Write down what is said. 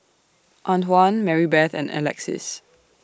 Antwan Marybeth and Alexis